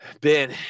Ben